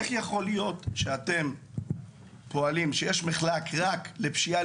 איך יכול להיות שאתם פועלים כשיש מחלק רק לפשיעה